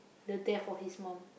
the death of his mum